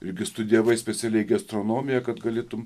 irgi studijavai specialiai gi astronomiją kad galėtum